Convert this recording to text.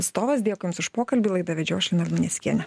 atstovas dėkui jums už pokalbį laidą vedžiau aš lina luneckienė